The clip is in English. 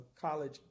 college